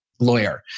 lawyer